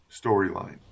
storyline